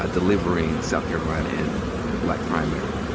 ah delivering south carolina and the black primary.